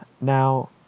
Now